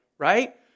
Right